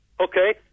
Okay